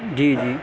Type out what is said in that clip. جی جی